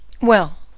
Well